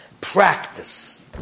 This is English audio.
Practice